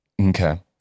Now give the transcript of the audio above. okay